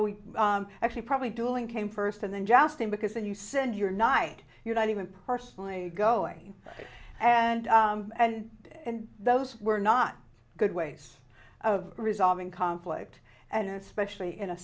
we actually probably dueling came first and then jousting because then you send your knight you're not even personally going and and and those were not good ways of resolving conflict and especially in a